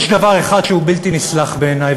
יש דבר אחד שהוא בלתי נסלח בעיני,